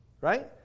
right